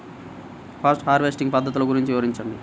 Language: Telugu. పోస్ట్ హార్వెస్టింగ్ పద్ధతులు గురించి వివరించండి?